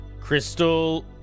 crystal